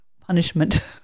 punishment